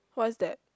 what is that